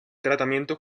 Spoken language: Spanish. tratamiento